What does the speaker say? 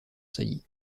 saillie